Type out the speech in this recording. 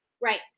Right